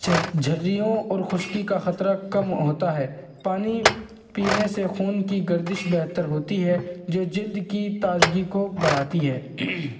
جھریوں اور خشکی کا خطرہ کم ہوتا ہے پانی پینے سے خون کی گردش بہتر ہوتی ہے جو جلد کی تازگی کو بڑھاتی ہے